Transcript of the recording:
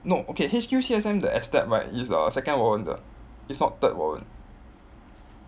no okay H_Q C_S_M the S step right is err second warrant 的: it's not third warrant